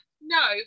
No